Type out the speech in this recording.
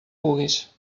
puguis